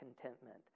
contentment